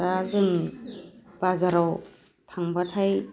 दा जों बाजाराव थांब्लाथाय